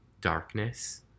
darkness